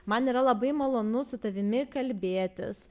man yra labai malonu su tavimi kalbėtis